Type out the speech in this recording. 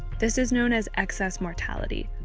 this is known as excess mortality,